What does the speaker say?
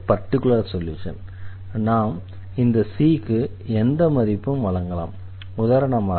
particular solution நாம் இந்த c க்கு எந்த மதிப்பும் வழங்கலாம் உதாரணமாக yx2